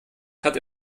hat